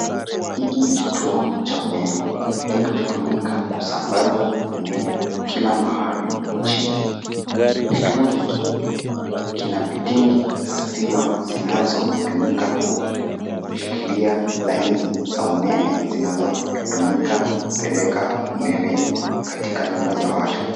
Hiki ni kituo cha umeme kinachotumika kusambaza umeme kila mahali nchini. Kituo hiki kina vitingi vya stima zinazotumika kushikilia laini za umeme zinazotumika kupeleka umeme katika nyumba za watu.